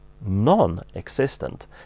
non-existent